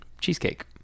cheesecake